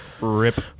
Rip